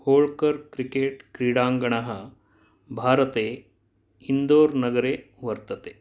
Holkar cricket क्रीडाङ्गणः भारते इन्दोर् नगरे वर्तते